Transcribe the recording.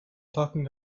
talking